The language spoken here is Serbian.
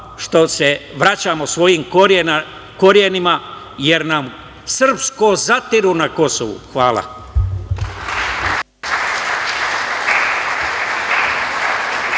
što se vraćamo svojim korenima, jer nam srpsko zatiru na Kosovu. Hvala.